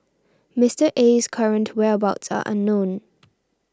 Mister Aye's current whereabouts are unknown